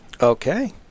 Okay